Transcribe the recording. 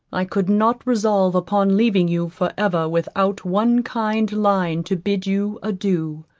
i could not resolve upon leaving you for ever without one kind line to bid you adieu,